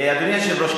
אדוני היושב-ראש,